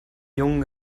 jungen